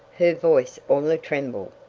her voice all a-tremble.